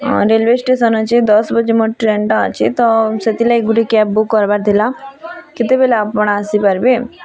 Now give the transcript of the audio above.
railway station ଅଛି ଦଶ୍ ବଜେ ମୋ ଟ୍ରେନ୍ଟା ଅଛି ତ ସେଥିଲାଗି ଗୁଟେ କ୍ୟାବ୍ ବୁକ୍ କର୍ବାର୍ ଥିଲା କେତେବେଲେ ଆପଣ ଆସିପାରିବେ